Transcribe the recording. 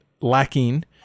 lacking